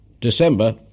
December